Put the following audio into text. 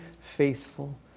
faithful